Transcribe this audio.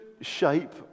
shape